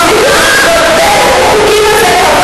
אבל לא את קובעת.